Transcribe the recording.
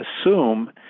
assume